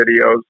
videos